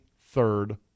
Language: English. third